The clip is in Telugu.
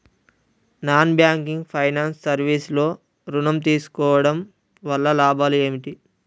నాన్ బ్యాంకింగ్ ఫైనాన్స్ సర్వీస్ లో ఋణం తీసుకోవడం వల్ల లాభాలు ఏమిటి?